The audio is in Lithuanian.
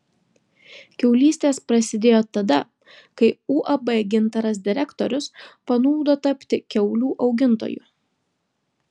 kiaulystės prasidėjo tada kai uab gintaras direktorius panūdo tapti kiaulių augintoju